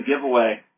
giveaway